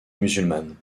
musulmane